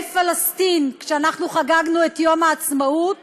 פלסטין כשאנחנו חגגנו את יום העצמאות.